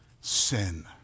sin